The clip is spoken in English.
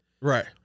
Right